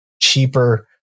cheaper